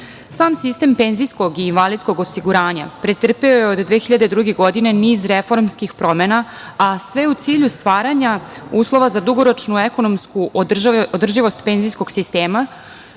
Sam sistem penzijskog i invalidskog osiguranja pretrpeo je od 2002. godine niz reformskih promena, a sve u cilju stvaranja uslova za dugoročnu ekonomsku održivost penzijskog sistema